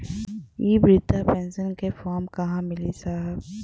इ बृधा पेनसन का फर्म कहाँ मिली साहब?